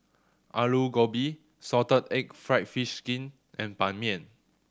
Aloo Gobi salted egg fried fish skin and Ban Mian